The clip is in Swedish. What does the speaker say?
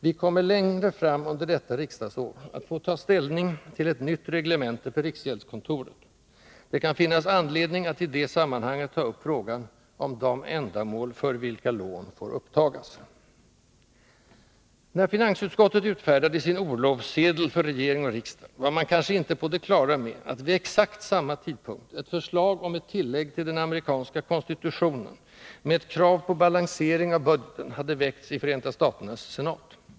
Vi kommer längre fram under detta riksdagsår att få ta ställning till ett nytt reglemente för riksgäldskontoret. Det kan finnas anledning att i det sammanhanget ta upp frågan om de ändamål för vilka lån får upptagas. När finansutskottet utfärdade sin orlovssedel för regering och riksdag var man kanske inte på det klara med att vid exakt samma tidpunkt ett förslag om ett tillägg till den amerikanska konstitutionen med ett krav på balansering av budgeten hade väckts i Förenta staternas senat.